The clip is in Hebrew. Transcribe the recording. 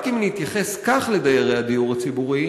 רק אם נתייחס כך לדיירי הדיור הציבורי,